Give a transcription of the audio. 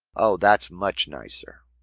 oh, that's much nicer.